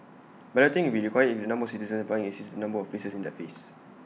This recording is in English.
balloting will be required if the number of citizens applying exceeds the number of places in that phase